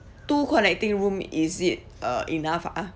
two connecting room is it uh enough ah